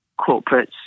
corporates